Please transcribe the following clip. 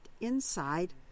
inside